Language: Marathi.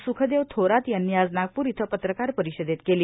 सुखदेव धोरात यांनी आज नागपूर इथं पत्रकार परिषदेत केली